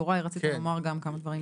יוראי, רצית לומר גם כמה דברים.